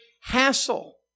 hassle